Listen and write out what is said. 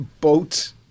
boat